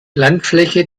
landfläche